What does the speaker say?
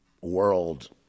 world